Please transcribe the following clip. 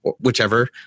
whichever